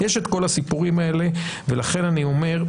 יש כל הסיפורים האלה ולכן אני אומר,